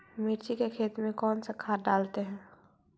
मिर्ची के खेत में कौन सा खाद डालते हैं?